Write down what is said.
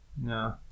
no